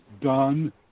done